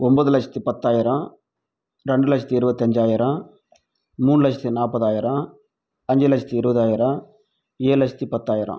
ஒம்பது லட்சத்தி பத்தாயிரம் ரெண்டு லட்சத்தி இருபத்தஞ்சாயிரம் மூணு லட்சத்தி நாற்பதாயிரம் அஞ்சு லட்சத்தி இருபதாயிரம் ஏழு லட்சத்தி பத்தாயிரம்